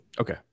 Okay